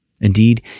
Indeed